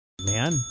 man